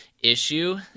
issue